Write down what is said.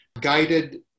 guided